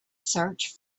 search